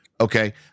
okay